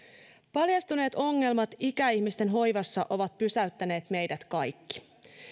paljastuneet ongelmat ikäihmisten hoivassa ovat pysäyttäneet meidät kaikki